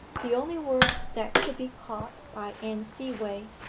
the only words that could be caught by anne seaway,